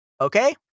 Okay